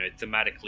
thematically